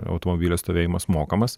automobilio stovėjimas mokamas